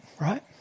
right